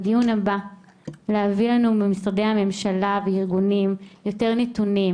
לדיון הבא להביא לנו ממשרדי הממשלה וארגונים יותר נתונים,